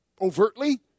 overtly